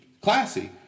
classy